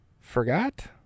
forgot